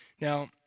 now